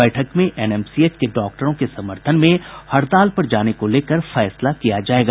बैठक में एनएमसीएच के डॉक्टरों के समर्थन में हड़ताल पर जाने को लेकर फैसला किया जायेगा